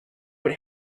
what